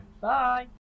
Bye